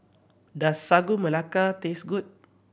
does Sagu Melaka taste good